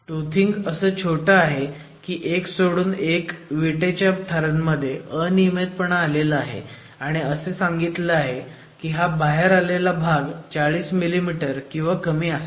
toothing असं छोटं आहे की एक सोडून एक विटेच्या थरामध्ये अनियमितपणा आलेला आहे आणि असं सांगितलं गेलं आहे की हा बाहेर आलेला भाग 40 मिमी किंवा कमी असावा